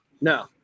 No